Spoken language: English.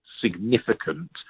significant